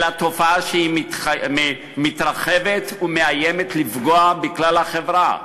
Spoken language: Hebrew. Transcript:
אלא תופעה שמתרחבת ומאיימת לפגוע בכלל החברה.